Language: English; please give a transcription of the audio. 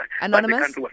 Anonymous